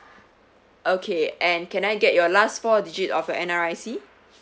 okay and can I get your last four digit of your N_R_I_C